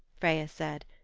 freya said.